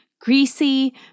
greasy